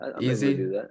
Easy